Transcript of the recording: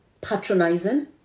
patronizing